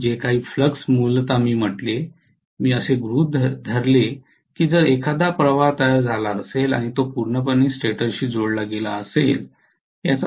आणि जे काही फ्लक्स मूलतः मी म्हटले मी असे गृहित धरले की जर एखादा प्रवाह तयार झाला असेल आणि तो पूर्णपणे स्टेटरशी जोडला गेला असेल